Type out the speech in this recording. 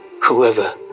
whoever